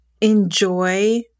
Enjoy